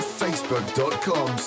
facebook.com